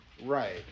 Right